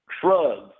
shrugs